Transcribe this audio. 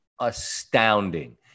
astounding